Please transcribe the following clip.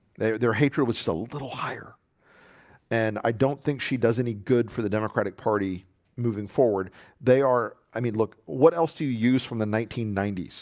their hatred was still a little higher and i don't think she does any good for the democratic party moving forward they are i mean look, what else do you use from the nineteen ninety s?